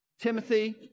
Timothy